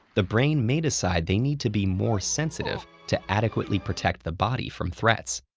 the brain may decide they need to be more sensitive to adequately protect the body from threats.